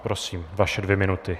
Prosím, vaše dvě minuty.